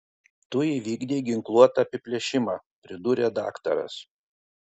tu įvykdei ginkluotą apiplėšimą pridūrė daktaras